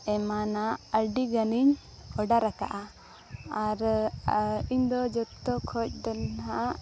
ᱮᱢᱟᱱᱟᱜ ᱟᱹᱰᱤ ᱜᱟᱱᱤᱧ ᱚᱰᱟᱨᱟᱠᱟᱫᱼᱟ ᱟᱨ ᱤᱧ ᱫᱚ ᱡᱚᱛᱚ ᱠᱷᱚᱱ ᱫᱚ ᱱᱟᱦᱟᱸᱜ